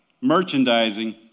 merchandising